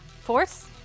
Force